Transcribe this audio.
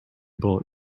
bullet